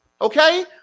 Okay